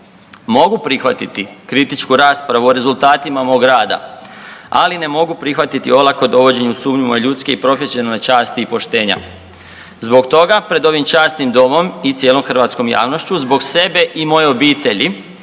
Mogu prihvatiti kritičku raspravu o rezultatima moga rada, ali ne mogu prihvatiti olako dovođenje u sumnju moje ljudske i profesionalne časti i poštenja. Zbog toga pred ovim časnim domom i cijelom hrvatskom javnošću, zbog sebe i moje obitelji,